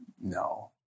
No